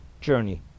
journey